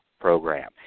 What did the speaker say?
Program